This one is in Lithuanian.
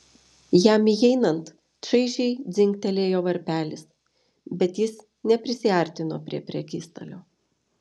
jam įeinant šaižiai dzingtelėjo varpelis bet jis neprisiartino prie prekystalio